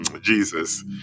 Jesus